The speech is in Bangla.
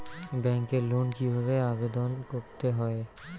ব্যাংকে লোন কিভাবে আবেদন করতে হয়?